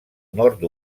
nord